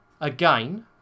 again